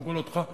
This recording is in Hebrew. קודם כול אותך,